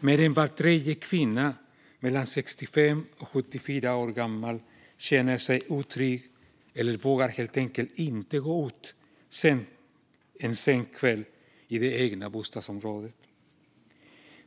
mer än var tredje kvinna mellan 65 och 74 år otrygg eller vågar helt enkelt inte gå ut en sen kväll i det egna bostadsområdet.